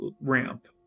ramp